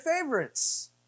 favorites